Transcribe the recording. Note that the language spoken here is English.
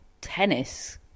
tennis